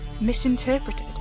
misinterpreted